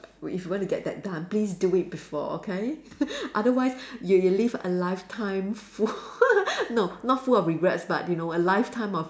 w~ if you want to get that done please do it before okay otherwise you you live a lifetime full no not full of regrets but you know a lifetime of